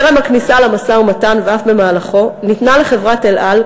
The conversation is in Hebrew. טרם הכניסה למשא-ומתן ואף במהלכו ניתנו לחברת "אל על",